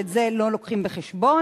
ואת זה לא לוקחים בחשבון.